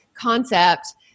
concept